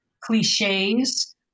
cliches